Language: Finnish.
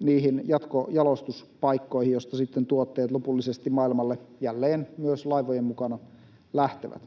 niihin jatkojalostuspaikkoihin, joista sitten tuotteet lopullisesti maailmalle jälleen myös laivojen mukana lähtevät.